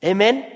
Amen